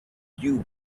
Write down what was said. dew